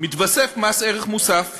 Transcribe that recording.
קובע כי לא יקבל מוכר מקונה,